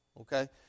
okay